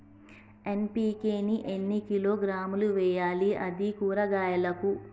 NPK ని ఎన్ని కిలోగ్రాములు వెయ్యాలి? అది కూరగాయలకు?